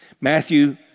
Matthew